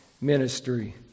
ministry